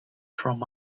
from